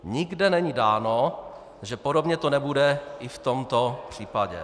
Nikde není dáno, že podobně to nebude i v tomto případě.